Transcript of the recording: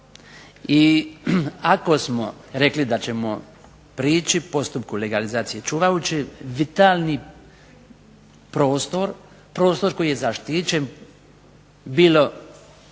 I ako smo rekli da ćemo prići postupku legalizacije čuvajući vitalni prostor, prostor koji je zaštićen bilo